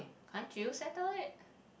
can't you settle it